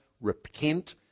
repent